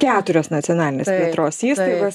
keturios naconalinės plėtros įstaigos